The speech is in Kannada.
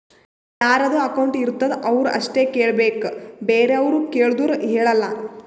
ಯಾರದು ಅಕೌಂಟ್ ಇರ್ತುದ್ ಅವ್ರು ಅಷ್ಟೇ ಕೇಳ್ಬೇಕ್ ಬೇರೆವ್ರು ಕೇಳ್ದೂರ್ ಹೇಳಲ್ಲ